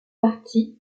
partie